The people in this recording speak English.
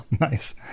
nice